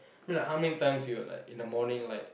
I mean like how many times you like in the morning you like